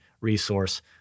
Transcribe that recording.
resource